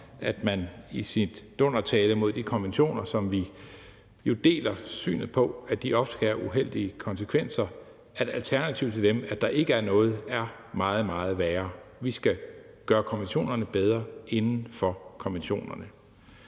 at man i sin dundertale mod de konventioner – vi deler jo synet på, at de ofte kan have uheldige konsekvenser – ikke nævner, at alternativet til dem, altså at der ikke er noget, er meget, meget værre. Vi skal gøre konventionerne bedre inden for konventionerne.